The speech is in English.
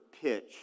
pitch